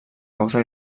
causa